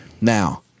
Now